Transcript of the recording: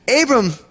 Abram